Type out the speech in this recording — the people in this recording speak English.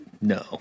No